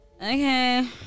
Okay